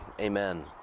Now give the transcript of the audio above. Amen